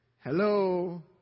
Hello